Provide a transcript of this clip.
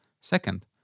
Second